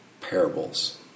Parables